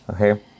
Okay